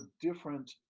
different